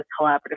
collaborative